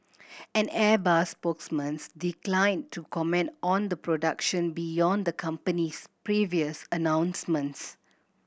an Airbus spokesman's declined to comment on the production beyond the company's previous announcements